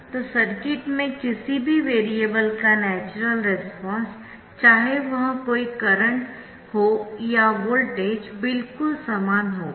तो सर्किट में किसी भी वेरिएबल का नैचरल रेस्पॉन्स चाहे वह कोई करंट हो या वोल्टेज बिल्कुल समान होगा